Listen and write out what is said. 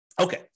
Okay